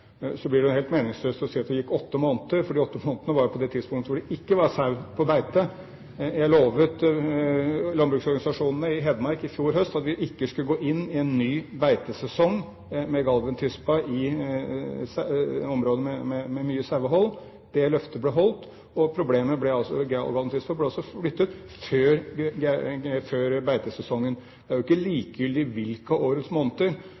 Så blir det jo helt meningsløst å si at det gikk åtte måneder, for de åtte månedene var jo på det tidspunktet hvor det ikke var sau på beite. Jeg lovet landbruksorganisasjonene i Hedmark i fjor høst at vi ikke skulle gå inn i en ny beitesesong med Galventispa i områder med mye sauehold. Det løftet ble holdt, og Galventispa ble altså flyttet før beitesesongen. Det er jo ikke likegyldig hvilke av årets måneder